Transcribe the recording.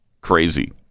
Crazy